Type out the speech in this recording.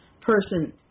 person